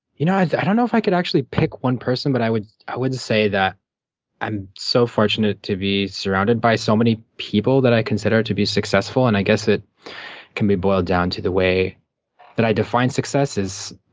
you know, i don't know if i could actually pick one person, but i would i would say that i'm so fortunate to be surrounded by so many people that i consider to be successful, and i guess it can be boiled down to the way that i define success is